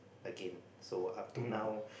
again so up to now